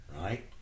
Right